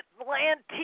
Atlantean